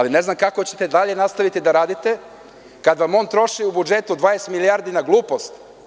Ne znam kako ćete dalje nastaviti da radite kad vam on troši u budžetu 20 milijardi na glupost.